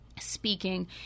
speaking